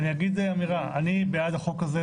אני אגיד אמירה: אני בעד החוק הזה,